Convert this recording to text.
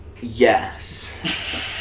Yes